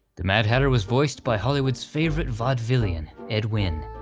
the mad hatter was voiced by hollywood's favorite vaudevillian, ed wynn,